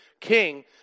king